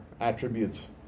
attributes